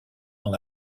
dans